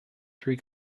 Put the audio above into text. three